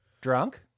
Drunk